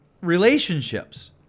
relationships